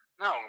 No